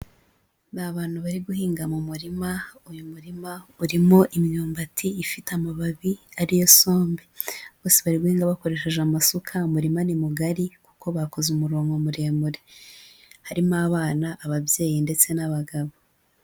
Ni abantu bari guhinga mu murima, uyu murima urimo imyumbati ifite amababi ari yo sombe, bose bari guhinga bakoresheje amasuka, umurima ni mugari kuko bakoze umurongo muremure harimo abana, ababyeyi ndetse n'abagabo.